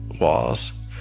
walls